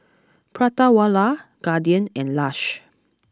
Prata Wala Guardian and Lush